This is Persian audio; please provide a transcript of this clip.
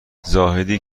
زاهدی